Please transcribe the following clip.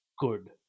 good